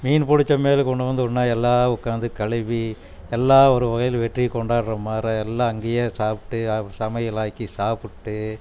மீன் பிடிச்ச மேல் கொண்டு வந்து எல்லா ஒன்றா உக்காந்து கழுவி எல்லா ஒரு வயல் வெற்றியை கொண்டாடுற மாதிரி எல்லா அங்கேயே சாப்பிட்டு சமையல் ஆக்கி சாப்பிட்டு